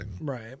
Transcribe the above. Right